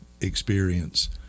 experience